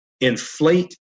inflate